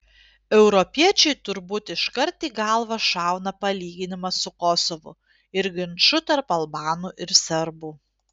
europiečiui turbūt iškart į galvą šauna palyginimas su kosovu ir ginču tarp albanų ir serbų